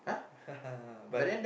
but